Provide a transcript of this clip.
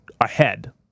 ahead